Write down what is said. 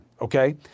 okay